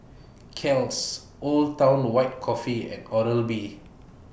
Kiehl's Old Town White Coffee and Oral B